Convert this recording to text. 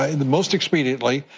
ah most expediently,